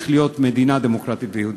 ולהמשיך להיות מדינה דמוקרטית ויהודית.